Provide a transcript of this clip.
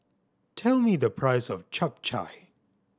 tell me the price of Chap Chai